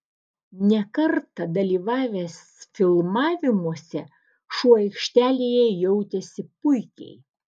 ne kartą dalyvavęs filmavimuose šuo aikštelėje jautėsi puikiai